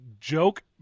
Joke